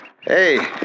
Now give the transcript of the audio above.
Hey